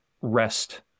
rest